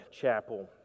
Chapel